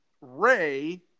Ray